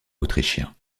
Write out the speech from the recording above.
autrichiens